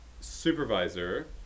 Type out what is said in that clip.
supervisor